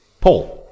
Paul